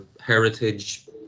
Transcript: heritage